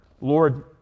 lord